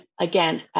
again